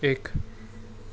एक